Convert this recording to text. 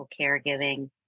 caregiving